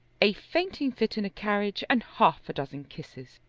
a fainting fit in a carriage and half-a-dozen kisses.